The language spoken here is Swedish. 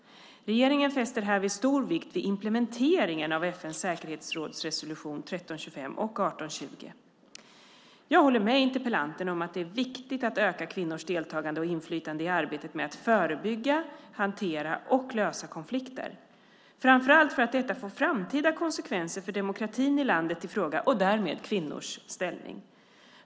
Regeringen fäster härvid stor vikt vid implementeringen av FN:s säkerhetsrådsresolutioner 1325 och 1820. Jag håller med interpellanten om att det är viktigt att öka kvinnors deltagande och inflytande i arbetet med att förebygga, hantera och lösa konflikter, framför allt för att detta får framtida konsekvenser för demokratin i landet i fråga och därmed kvinnors ställning.